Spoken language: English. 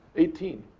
eighteen.